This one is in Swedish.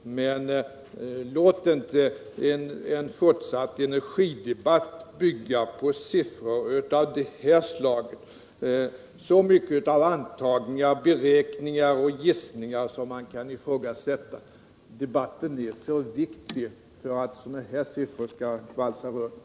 Men låt inte en fortsatt energidebatt bygga på siffror av detta slag —- med så mycket av antaganden, beräkningar och gissningar som kan ifrågasättas. Debatten är för viktig för att sådana här siffror skall få valsa runt.